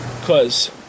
cause